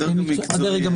הדרג המקצועי.